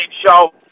show